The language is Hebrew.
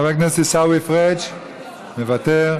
חבר הכנסת עיסאווי פריג' מוותר,